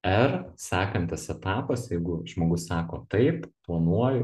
er sekantis etapas jeigu žmogus sako taip planuoju